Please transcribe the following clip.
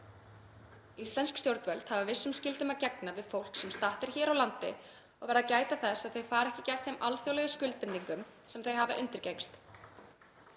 Íslensk stjórnvöld hafa vissum skyldum að gegna við fólk sem statt er hér á landi og verða að gæta þess að þau fari ekki gegn þeim alþjóðlegu skuldbindingum sem þau hafa undirgengist.